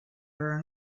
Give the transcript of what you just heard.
are